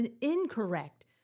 incorrect